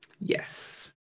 yes